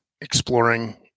exploring